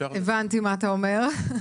הבנתי מה אתה אומר.